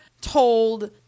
told